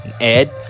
Ed